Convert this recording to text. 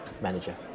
manager